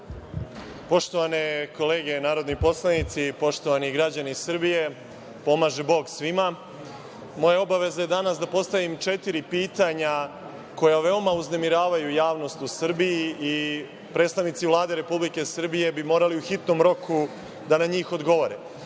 Poštovane kolege narodni poslanici i poštovani građani Srbije, pomaže Bog svima. Moja obaveza danas je da postavim četiri pitanja koja veoma uznemiravaju javnost u Srbiji i predstavnici Vlade Republike Srbije bi morali u hitnom roku da na njih odgovore. Prvo